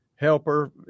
helper